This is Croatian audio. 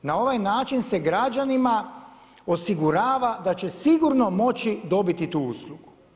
Na ovaj način se građanima osigurava da će sigurno moći dobiti tu uslugu.